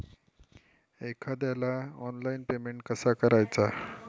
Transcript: एखाद्याला online payment कसा करायचा?